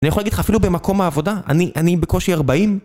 אני יכול להגיד לך, אפילו במקום העבודה, אני, אני בקושי 40.